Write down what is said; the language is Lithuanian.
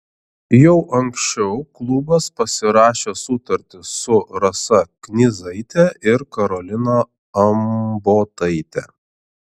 jau anksčiau klubas pasirašė sutartis su rasa knyzaite ir karolina ambotaite